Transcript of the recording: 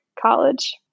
college